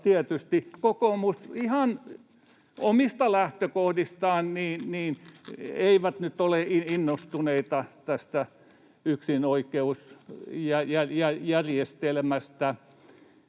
tietysti kokoomus. Ihan omista lähtökohdistaan eivät nyt ole innostuneita tästä yksinoikeusjärjestelmästä.